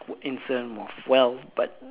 in terms of wealth but